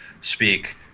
speak